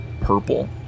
purple